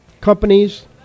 companies